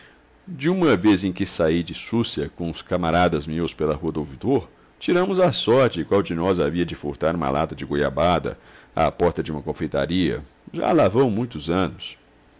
de uma vez em que saí de súcia com uns camaradas meus pela rua do ouvidor tiramos à sorte qual de nós havia de furtar uma lata de goiabada à porta de uma confeitaria já lá vão muitos anos